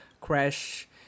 Crash